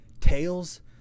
Tails